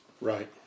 Right